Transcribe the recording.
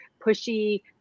pushy